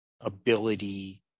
ability